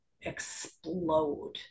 explode